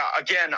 Again